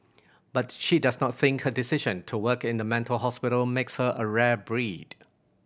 but she does not think her decision to work in the mental hospital makes her a rare breed